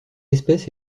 espèce